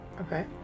Okay